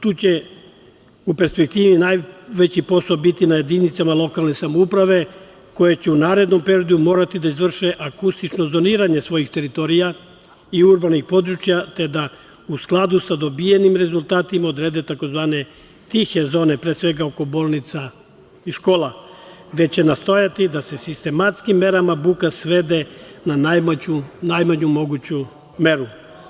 Tu će u perspektivi najveći posao biti na jedinicama lokalne samouprave koje će u narednom periodu morati da izvrše akustično zoniranje svojih teritorija i urbanih područja, te da u skladu sa dobijenim rezultatima odrede tzv. tihe zone, pre svega oko bolnica i škola, gde će nastojati da se sistematskim merama buka svede na najmanju moguću meru.